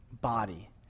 body